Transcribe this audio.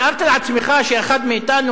תיארת לעצמך שאחד מאתנו,